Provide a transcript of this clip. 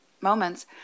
moments